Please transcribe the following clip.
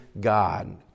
God